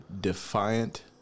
defiant